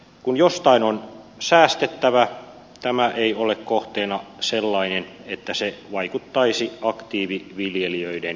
kun jostain on säästettävä tämä ei ole kohteena sellainen että se vaikuttaisi aktiiviviljelijöiden tulotasoon